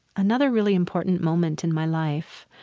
another really important moment in my life